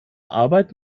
arbeit